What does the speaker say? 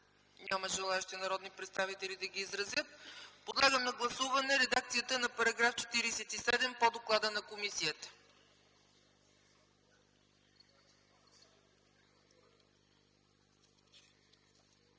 Няма желаещи народни представители да ги изразят. Подлагам на гласуване редакцията на § 47 по доклада на комисията.